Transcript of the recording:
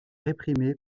réprimée